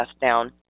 down